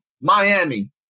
Miami